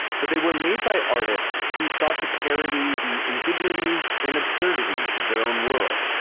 but they were made by artists who sought to parody the indignities and absurdities of their own world.